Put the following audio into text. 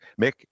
Mick